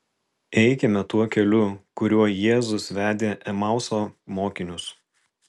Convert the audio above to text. eikime tuo keliu kuriuo jėzus vedė emauso mokinius